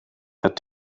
het